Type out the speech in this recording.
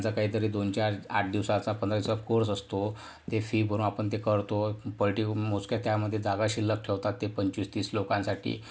त्यांचा काहीतरी दोन चार आठ दिवसाचा पंधरा दिवसाचा कोर्स असतो जे फी भरून आपण ते करतो पर्टीक्यु ते मोजक्या त्यामध्ये जागा शिल्लक ठेवतात ते पंचवीस तीस लोकांसाठी